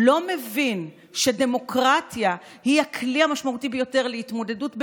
לא מבין שדמוקרטיה היא הכלי המשמעותי ביותר להתמודדות,